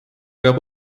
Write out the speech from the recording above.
aga